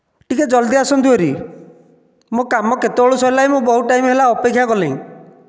ଟିକେ ଜଲ୍ଦି ଆସନ୍ତୁ ହେରି ମୋ କାମ କେତେବେଳୁ ସରିଲାଣି ମୁଁ ବହୁତ ଟାଇମ ହେଲା ଅପେକ୍ଷା କଲିଣି